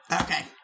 Okay